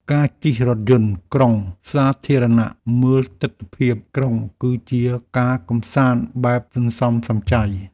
ការជិះរថយន្តក្រុងសាធារណៈមើលទិដ្ឋភាពក្រុង គឺជាការកម្សាន្តបែបសន្សំសំចៃ។